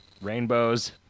rainbows